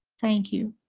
thank you.